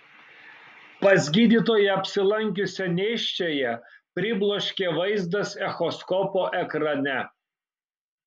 pas gydytoją apsilankiusią nėščiąją pribloškė vaizdas echoskopo ekrane